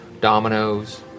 dominoes